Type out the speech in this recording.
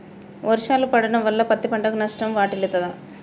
వర్షాలు పడటం వల్ల పత్తి పంటకు నష్టం వాటిల్లుతదా?